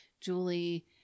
Julie